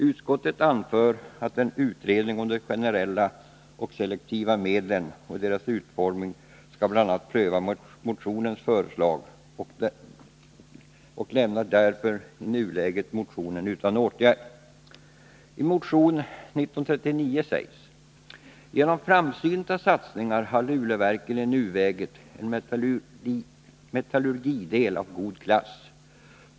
Utskottet anför att en utredning om de generella och selektiva medlen och deras utformning bl.a. skall pröva motionens förslag och lämnar därför i nuläget motionen utan åtgärd. ”Genom framsynta investeringar har Luleverken i nuläget en metallurgidel av god klass.